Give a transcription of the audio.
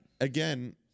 Again